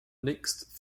next